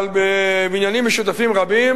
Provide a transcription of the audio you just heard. אבל בבניינים משותפים רבים